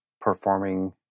performing